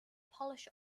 polish